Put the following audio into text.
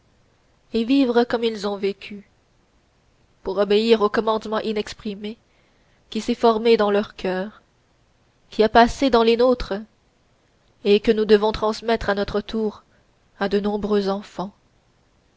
et vivre comme ils ont vécu pour obéir au commandement inexprimé qui s'est formé dans leurs coeurs qui a passé dans les nôtres et que nous devrons transmettre à notre tour à de nombreux enfants